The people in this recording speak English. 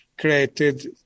created